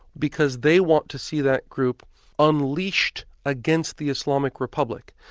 because they want to see that group unleashed against the islamic republic.